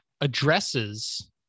addresses